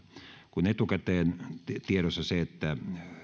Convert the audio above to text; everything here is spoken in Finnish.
kun on etukäteen tiedossa se että